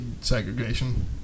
segregation